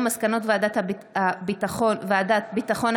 בזמנו יאיר לפיד הגיש הצעת חוק,